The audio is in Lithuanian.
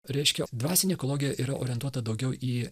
reiškia dvasinė ekologija yra orientuota daugiau į